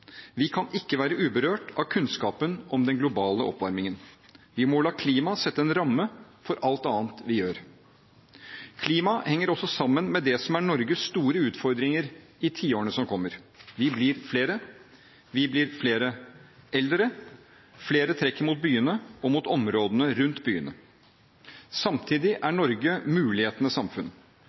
Vi kan ikke være uberørt av kunnskapen om den globale oppvarmingen. Vi må la klima sette en ramme for alt annet vi gjør. Klima henger også sammen med det som er Norges store utfordringer i tiårene som kommer: Vi blir flere, vi blir flere eldre, og flere trekker mot byene og mot områdene rundt byene. Samtidig er Norge mulighetenes samfunn.